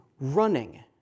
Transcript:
running